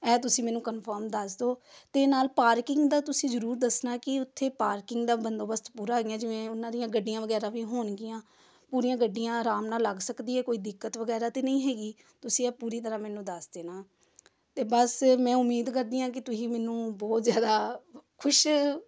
ਇਹ ਤੁਸੀਂ ਮੈਨੂੰ ਕਨਫਰਮ ਦੱਸ ਦਿਉ ਅਤੇ ਨਾਲ਼ ਪਾਰਕਿੰਗ ਦਾ ਤੁਸੀਂ ਜ਼ਰੂਰ ਦੱਸਣਾ ਕਿ ਉੱਥੇ ਪਾਰਕਿੰਗ ਦਾ ਬੰਦੋਬਸਤ ਪੂਰਾ ਹੈਗਾ ਜਿਵੇਂ ਉਹਨਾਂ ਦੀਆਂ ਗੱਡੀਆਂ ਵਗੈਰਾ ਵੀ ਹੋਣਗੀਆਂ ਪੂਰੀਆਂ ਗੱਡੀਆਂ ਆਰਾਮ ਨਾਲ਼ ਲੱਗ ਸਕਦੀ ਹੈ ਕੋਈ ਦਿੱਕਤ ਵਗੈਰਾ ਤਾਂ ਨਹੀਂ ਹੈਗੀ ਤੁਸੀਂ ਆ ਪੂਰੀ ਤਰ੍ਹਾਂ ਮੈਨੂੰ ਦੱਸ ਦੇਣਾ ਅਤੇ ਬਸ ਮੈਂ ਉਮੀਦ ਕਰਦੀ ਹਾਂ ਕਿ ਤੁਸੀਂ ਮੈਨੂੰ ਬਹੁਤ ਜ਼ਿਆਦਾ ਖੁਸ਼